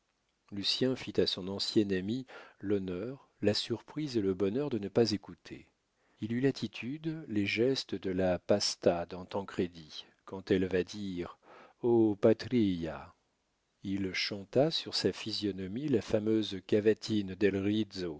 parler lucien fit à son ancienne amie l'honneur la surprise et le bonheur de ne pas écouter il eut l'attitude les gestes de la pasta dans tancredi quand elle va dire o patria il chanta sur sa physionomie le fameuse cavatine